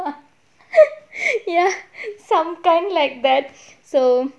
ya some time like that so